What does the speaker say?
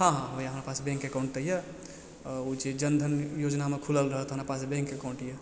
हॅं हॅं भैया हमरा पास बैंक एकाउन्ट तऽ यऽ आ ओ छियै जनधन योजनामे खुलल रहऽ तऽ हमरा पास बैंक एकाउन्ट यऽ